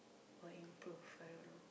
or improve I don't know